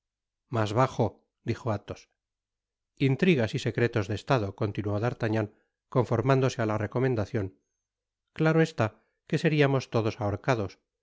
mas bajo dijo athos intrigas y secretos de estado continuó d'artagnan conformándose á la recomendacion claro está que seriamos todos